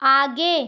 आगे